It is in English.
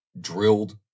drilled